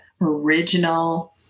original